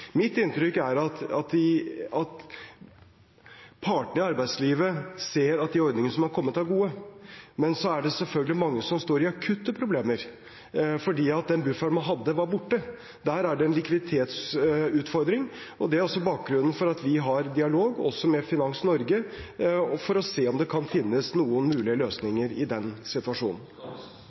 Mitt inntrykk er at partene i arbeidslivet ser at de ordningene som har kommet, er gode, men så er det selvfølgelig mange som står i akutte problemer, fordi den bufferen de hadde, var/er borte. Der er det en likviditetsutfordring. Det er også bakgrunnen for at vi har dialog også med Finans Norge, for å se om det kan finnes noen mulige løsninger i den situasjonen.